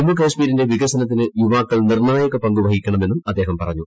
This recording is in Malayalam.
ജമ്മു കാശ്മീരിന്റെ വികസനത്തിന് യുവാക്കൾ നിർണ്ണായക പങ്കുവഹിക്കണമെന്നും അദ്ദേഹം പറഞ്ഞു